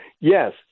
yes